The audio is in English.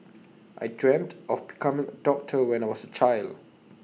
I dreamt of becoming A doctor when I was A child